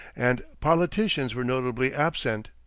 and politicians were notably absent.